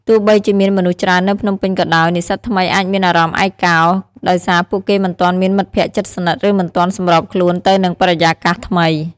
ទោះបីជាមានមនុស្សច្រើននៅភ្នំពេញក៏ដោយ និស្សិតថ្មីអាចមានអារម្មណ៍ឯកោ ដោយសារពួកគេមិនទាន់មានមិត្តភក្តិជិតស្និទ្ធ ឬមិនទាន់សម្របខ្លួនទៅនឹងបរិយាកាសថ្មី។